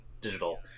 digital